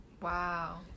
Wow